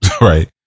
Right